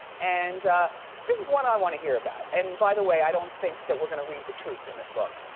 and this is what i want to hear about. and by the way i don't think that we're gonna read the truth in this book.